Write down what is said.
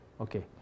okay